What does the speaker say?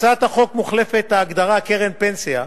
בהצעת החוק מוחלפת ההגדרה "קרן פנסיה"